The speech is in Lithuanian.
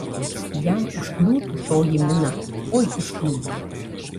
jam užkliūtų toji mina oi užkliūtų